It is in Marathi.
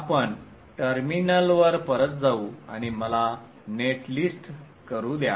आपण टर्मिनलवर परत जाऊ आणि मला नेट लिस्ट करू द्या